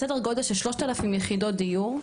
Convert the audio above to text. בסדר גודל של 3000 יחידות דיור,